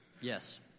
yes